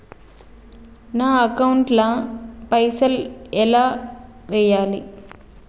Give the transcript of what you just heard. నా అకౌంట్ ల పైసల్ ఎలా వేయాలి?